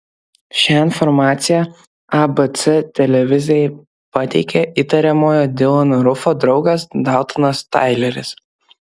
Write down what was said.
šią informaciją abc televizijai pateikė įtariamojo dilano rufo draugas daltonas taileris